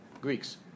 Greeks